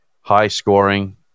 high-scoring